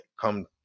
come